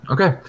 Okay